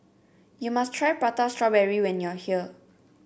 you must try Prata Strawberry when you are here